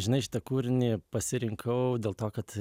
žinai šitą kūrinį pasirinkau dėl to kad